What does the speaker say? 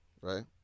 right